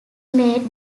made